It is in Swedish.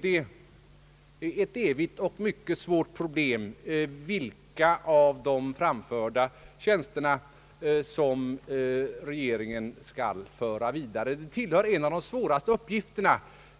Det är ett evigt och mycket svårt problem att ta ställning till vilka av de föreslagna tjänsterna som regeringen skall föra vidare. Det är den kanske svåraste uppgiften